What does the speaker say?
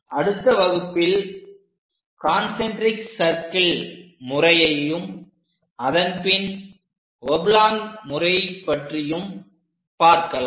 அடுத்த வகுப்பில் concentric circle முறையையும் அதன் பின் ஒப்லாங் முறை பற்றியும் பார்க்கலாம்